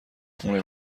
خونه